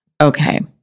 Okay